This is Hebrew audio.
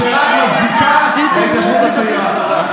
שרק מזיקה להתיישבות הצעירה.